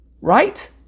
Right